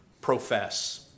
profess